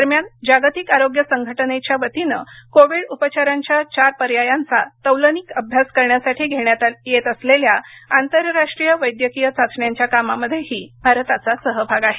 दरम्यान जागतिक आरोग्य संघटनेच्या वतीनं कोविड उपचारांच्या चार पर्यायांचा तौलनिक अभ्यास करण्यासाठी घेण्यात येत असलेल्या आंतरराष्ट्रीय वैद्यकीय चाचण्यांच्या कामामध्येही भारताचा सहभाग आहे